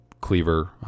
Cleaver